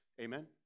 amen